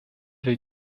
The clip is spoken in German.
will